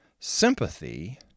Sympathy